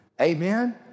Amen